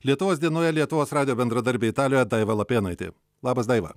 lietuvos dienoje lietuvos radijo bendradarbė italijoje daiva lapėnaitė labas daiva